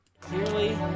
Clearly